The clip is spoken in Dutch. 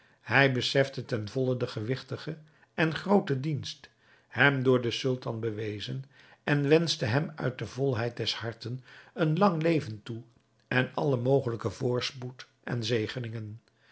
hij besefte ten volle de gewigtige en groote dienst hem door den sultan bewezen en wenschte hem uit de volheid des harten een lang leven toe en alle mogelijke voorspoed en zegeningen